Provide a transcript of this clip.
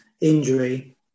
injury